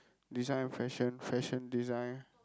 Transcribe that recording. this one fashion fashion design